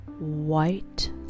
white